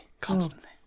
constantly